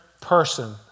person